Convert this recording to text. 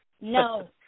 No